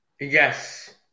Yes